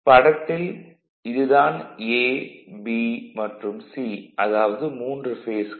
படத்தில் இது தான் A B மற்றும் C அதாவது மூன்று பேஸ்கள்